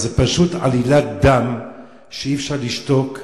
זה פשוט עלילת דם שאי-אפשר לשתוק עליה,